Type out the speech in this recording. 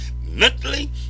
mentally